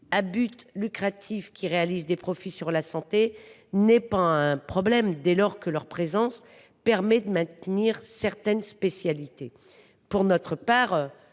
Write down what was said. à but lucratif réalisant des profits sur la santé n’est pas un problème, dès lors que leur présence permet de maintenir certaines spécialités. Pour notre part,